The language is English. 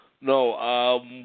No